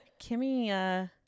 Kimmy